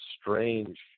strange